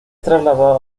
trasladada